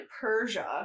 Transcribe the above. persia